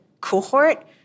cohort